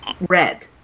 red